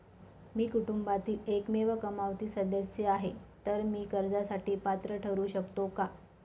मी कुटुंबातील एकमेव कमावती सदस्य आहे, तर मी कर्जासाठी पात्र ठरु शकतो का?